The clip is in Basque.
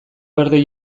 berde